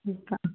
ठीकु आ